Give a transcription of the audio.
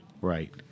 Right